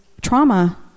trauma